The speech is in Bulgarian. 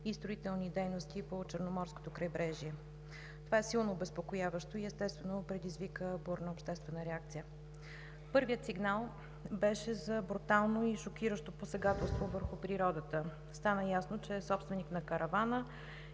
и строителни дейности по Черноморското крайбрежие. Това е силно обезпокояващо и естествено предизвика бурна обществена реакция. Първият сигнал беше за брутално и шокиращо посегателство върху природата. Стана ясно, че собственик на каравана